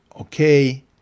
Okay